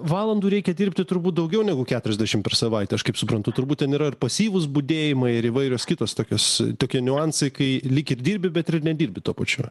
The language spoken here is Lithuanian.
valandų reikia dirbti turbūt daugiau negu keturiasdešim per savaitę aš kaip suprantu turbūt ten yra pasyvūs budėjimai ir įvairios kitos tokios tokie niuansai kai lyg ir dirbi bet nedirbi tuo pačiu